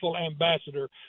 ambassador